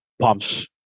pumps